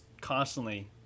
constantly